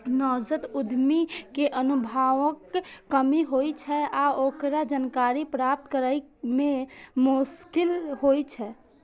नवजात उद्यमी कें अनुभवक कमी होइ छै आ ओकरा जानकारी प्राप्त करै मे मोश्किल होइ छै